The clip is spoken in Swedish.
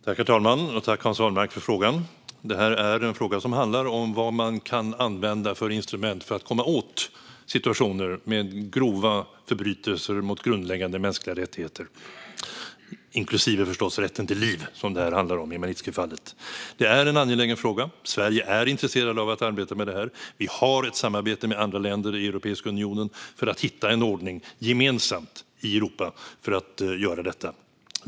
Herr talman! Jag tackar Hans Wallmark för frågan. Detta är en fråga som handlar om vad man kan använda för instrument för att komma åt situationer med grova förbrytelser mot grundläggande mänskliga rättigheter, som förstås innefattar rätten till liv, vilket det handlar om i Magnitskijfallet. Det är en angelägen fråga. Sverige är intresserat av att arbeta med det här. Vi har ett samarbete med andra länder i Europeiska unionen för att hitta en gemensam ordning för detta.